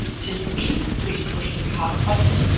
to speak please push the talk button,